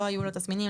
לא היו לו תסמינים,